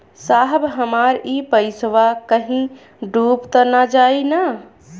साहब हमार इ पइसवा कहि डूब त ना जाई न?